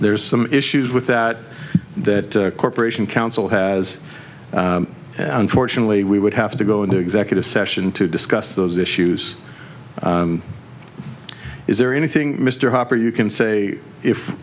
there's some issues with that that corporation council has unfortunately we would have to go into executive session to discuss those issues is there anything mr hopper you can say if